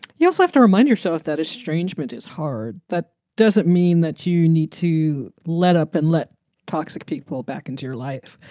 you also have to remind yourself that estrangement is hard. that doesn't mean that you need to let up and let toxic people back into your life,